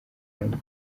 urban